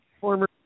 former